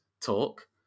Talk